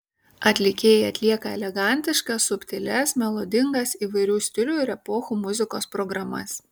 atlikėjai atlieka elegantiškas subtilias melodingas įvairių stilių ir epochų muzikos programas